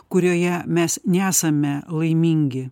kurioje mes nesame laimingi